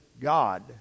God